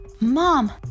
Mom